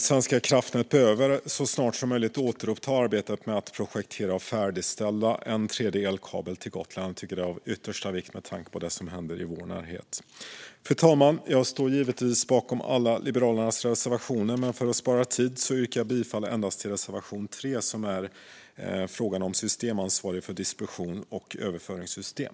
Svenska kraftnät behöver så snart som möjligt återuppta arbetet med att projektera och färdigställa en tredje elkabel till Gotland. Det är av yttersta vikt med tanke på det som händer i vår närhet. Fru talman! Jag står givetvis bakom Liberalernas alla reservationer, men för att spara tid yrkar jag bifall endast till reservation 3 om systemansvarig för distributions och överföringssystem.